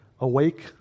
awake